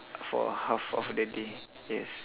for half of the day yes